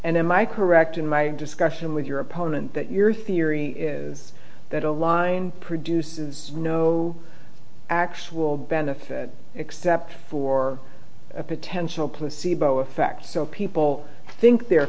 i correct in my discussion with your opponent that your theory is that a line produces no actual benefit except for a potential placebo effect so people think they're